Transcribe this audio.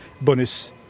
bonus